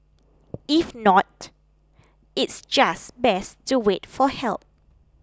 if not it's just best to wait for help